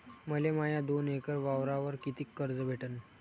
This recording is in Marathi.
मले माया दोन एकर वावरावर कितीक कर्ज भेटन?